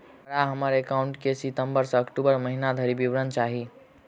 हमरा हम्मर एकाउंट केँ सितम्बर सँ अक्टूबर महीना धरि विवरण चाहि?